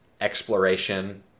exploration